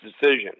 decision